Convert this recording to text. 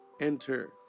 Enter